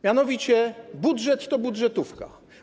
Mianowicie budżet to budżetówka.